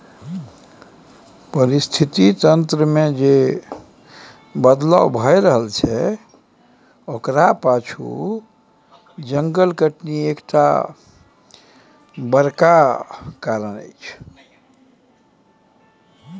पारिस्थितिकी तंत्र मे जे बदलाव भए रहल छै ओकरा पाछु जंगल कटनी एकटा बड़का कारण छै